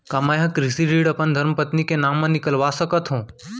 का मैं ह कृषि ऋण अपन धर्मपत्नी के नाम मा निकलवा सकथो?